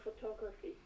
photography